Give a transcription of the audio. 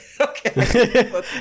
Okay